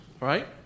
right